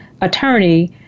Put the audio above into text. attorney